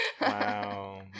Wow